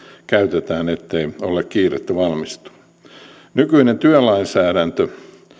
käytetään niin ettei ole kiirettä valmistua nykyinen työlainsäädäntö